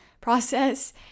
process